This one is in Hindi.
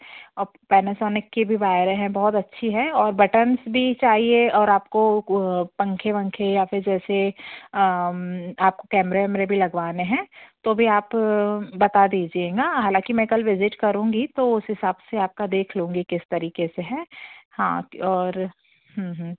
और पैनासोनिक के भी वायर हैं बहुत अच्छी हैं और बटन्स भी चाहिए और आपको को पंखे वंखें या फिर जैसे आपको कमरे वैमरे भी लगवाने हैं तो भी आप बता दीजिएगा हालाँकि मैं कल विज़िट करुँगी तो उस हिसाब से आपका देख लूँगी किस तरीके से है हाँ और